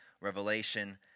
revelation